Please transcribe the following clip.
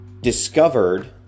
discovered